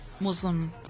Muslim